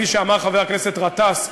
כפי שאמר חבר הכנסת גטאס,